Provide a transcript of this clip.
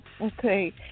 Okay